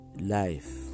life